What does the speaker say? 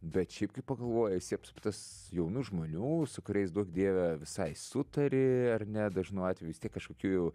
bet šiaip kai pagalvoji esi apsuptas jaunų žmonių su kuriais duok dieve visai sutari ar ne dažnu atveju kažkokių jau